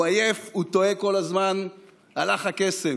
הוא עייף, הוא טועה כל הזמן, הלך הקסם.